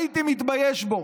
הייתי מתבייש בו.